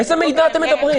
על איזה מידע אתם מדברים?